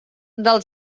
del